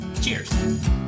Cheers